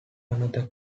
another